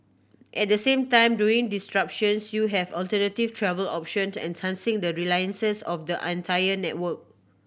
at the same time during disruptions you have alternative travel options to enhancing the resiliences of the entire network